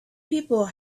people